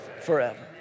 forever